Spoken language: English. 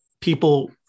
people